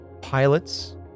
pilots